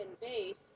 base